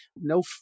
no